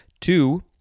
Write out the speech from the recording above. Two